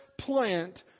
plant